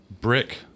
brick